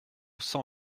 cent